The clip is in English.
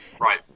Right